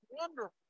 wonderful